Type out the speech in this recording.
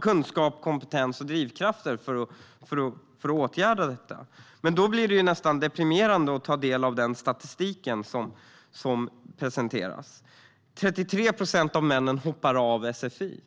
kunskap, kompetens och drivkrafter för att åtgärda detta. Det är deprimerande att ta del av den statistik som presenteras. 33 procent av männen hoppar av sfi.